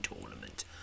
tournament